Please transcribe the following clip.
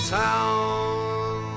town